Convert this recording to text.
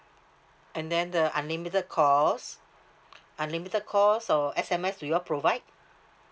and then the unlimited calls unlimited calls or S_M_S do you all provide